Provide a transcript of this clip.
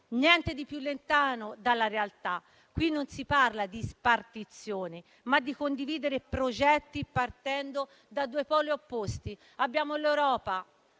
niente di più lontano dalla realtà. Qui non si parla di spartizione, ma di condividere progetti partendo da due poli opposti: da una parte l'Europa